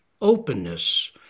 openness